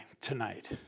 Tonight